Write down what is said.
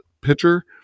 pitcher